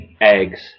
eggs